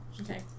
Okay